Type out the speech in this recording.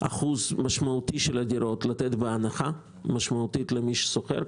לתת אחוז משמעותי של הדירות בהנחה משמעותית למי ששוכר.